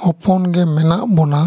ᱦᱚᱯᱚᱱ ᱜᱮ ᱢᱮᱱᱟᱜ ᱵᱚᱱᱟ